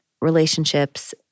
relationships